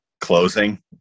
closing